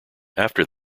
after